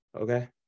okay